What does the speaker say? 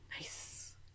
Nice